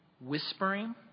Whispering